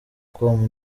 com